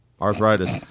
arthritis